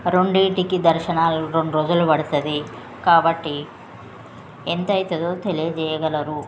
రెండిటికి దర్శనాలు రెండు రోజులు పడుతుంది కాబట్టి ఎంత అవుతుందో తెలియజేయగలరు